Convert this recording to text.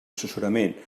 assessorament